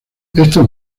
estos